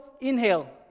inhale